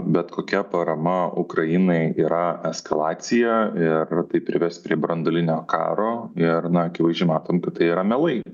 bet kokia parama ukrainai yra eskalacija ir tai prives prie branduolinio karo ir na akivaizdžiai matom kad tai yra melai